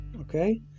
Okay